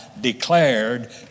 declared